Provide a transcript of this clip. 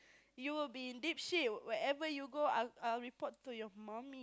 you will be in deep ship wherever you go I I'll report to your mummy